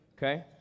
Okay